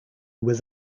was